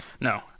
no